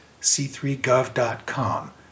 c3gov.com